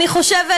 אני חושבת